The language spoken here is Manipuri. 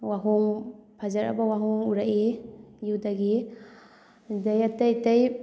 ꯋꯥꯍꯣꯡ ꯐꯖꯔꯕ ꯋꯥꯍꯣꯡ ꯎꯔꯛꯏ ꯖꯨꯗꯒꯤ ꯑꯗꯩ ꯑꯇꯩ ꯑꯇꯩ